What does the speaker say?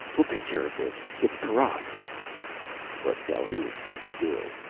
we'll take care of this! it's paras! but calhoun stood still.